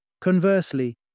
Conversely